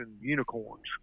unicorns